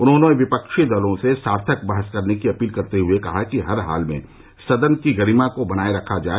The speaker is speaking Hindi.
उन्होंने विपक्षी दलों से सार्थक बहस की अपील करते हुये कहा कि हर हाल में सदन की गरिमा को बनाये रखा जाए